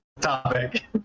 topic